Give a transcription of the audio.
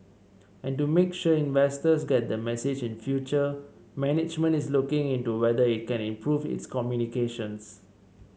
and to make sure investors get the message in future management is looking into whether it can improve its communications